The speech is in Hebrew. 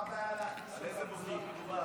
מה הבעיה להכניס חרדים?